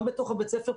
גם בתוך בית הספר,